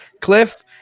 cliff